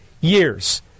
years